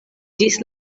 ĝis